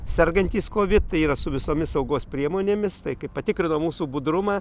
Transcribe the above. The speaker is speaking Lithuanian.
sergantys kovid tai yra su visomis saugos priemonėmis tai kaip patikrino mūsų budrumą